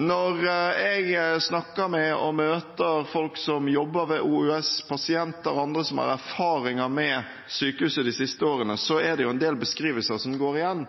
Når jeg snakker med og møter folk som jobber ved OUS, pasienter og andre som har erfaringer med sykehuset de siste årene, er det en del beskrivelser som går igjen.